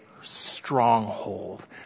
stronghold